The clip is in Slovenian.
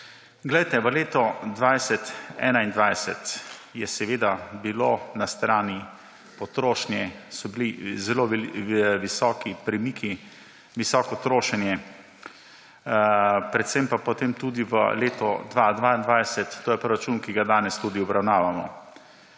letu 2020 in letu 2021 so bili na strani potrošnje zelo visoki premiki, visoko trošenje, predvsem pa potem tudi v letu 2022, to je proračun, ki ga danes tudi obravnavamo.